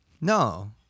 No